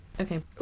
Okay